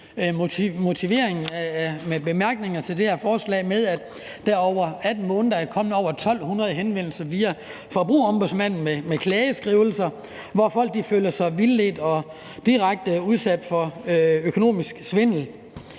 motiveringen, altså i bemærkningerne til det her forslag, til, at der over 18 måneder er kommet over 1.200 henvendelser til Forbrugerombudsmanden, altså klageskrivelser, hvor folk føler sig vildledt og direkte udsat for økonomisk svindel.